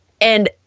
And-